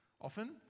often